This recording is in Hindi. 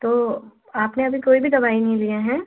तो आपने अभी कोई भी दवाई नहीं लिए हैं